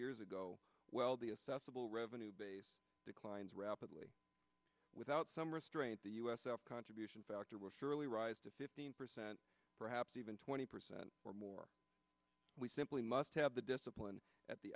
years ago well the assessable revenue base declines rapidly without some restraint the us s contribution factor would surely rise to fifteen percent perhaps even twenty percent or more we simply must have the discipline at the